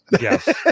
Yes